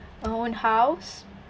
our own house